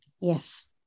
Yes